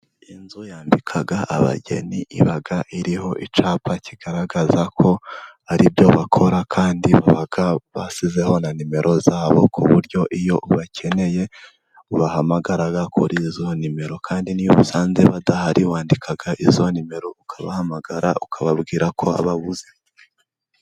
Inzu yambika abageni iba iriho icyapa kigaragaza ko ari byo bakora. Kandi baba bashyizeho na nimero zabo, ku buryo iyo ubakeneye ubahamagara kuri izo nimero. Kandi niba usanze badahari wandika izo nimero ukabahamagara ukababwira ko wababuze.